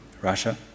Russia